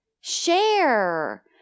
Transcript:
Share